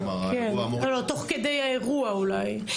כלומר ה- -- כן, לא, תוך כדי האירוע אולי.